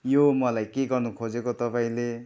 यो मलाई के गर्नु खोजेको तपाईँले